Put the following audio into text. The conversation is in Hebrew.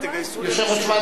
יישר כוח, גפני.